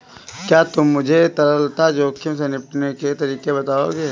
क्या तुम मुझे तरलता जोखिम से निपटने के तरीके बताओगे?